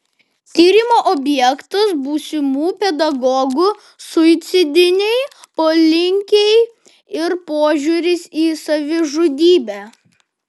tyrimo objektas būsimų pedagogų suicidiniai polinkiai ir požiūris į savižudybę